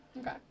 Okay